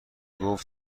گفت